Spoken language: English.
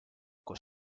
was